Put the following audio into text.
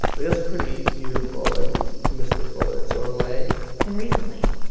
that's pretty beautiful and mystical in its own way and recently,